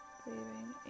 breathing